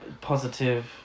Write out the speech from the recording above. positive